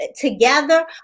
together